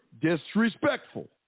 disrespectful